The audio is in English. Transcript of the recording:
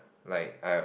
like I uh